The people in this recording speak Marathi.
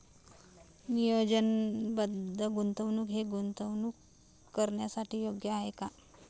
नियोजनबद्ध गुंतवणूक हे गुंतवणूक करण्यासाठी योग्य आहे का?